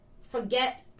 forget